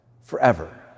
forever